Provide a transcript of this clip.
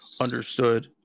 understood